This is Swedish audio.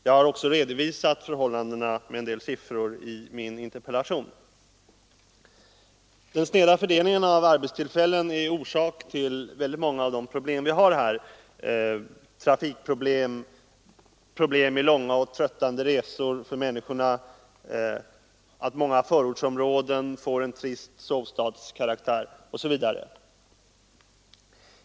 Jag har också redovisat förhållandena med en del siffror i min interpellation. Den stela fördelningen av arbetstillfällen är orsaken till väldigt många av de problem vi har här — trafikproblem, problem med långa och tröttande resor för människorna, många förortsområden som får en trist sovstadskaraktär osv.